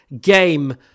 game